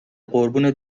قربون